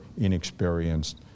inexperienced